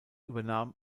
übernahm